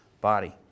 body